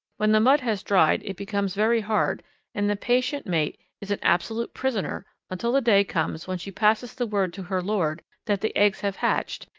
when the mud has dried it becomes very hard and the patient mate is an absolute prisoner until the day comes when she passes the word to her lord that the eggs have hatched,